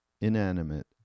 inanimate